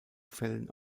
fällen